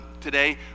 today